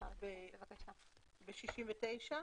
בסעיף 69?